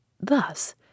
Thus